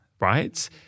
right